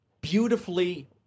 beautifully